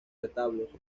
retablos